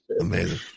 Amazing